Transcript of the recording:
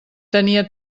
tenia